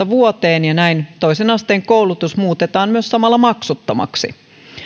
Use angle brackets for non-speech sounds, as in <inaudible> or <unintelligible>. <unintelligible> vuoteen ja näin toisen asteen koulutus muutetaan myös samalla maksuttomaksi